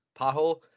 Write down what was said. pothole